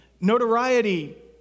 notoriety